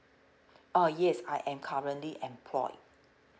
uh yes I am currently employed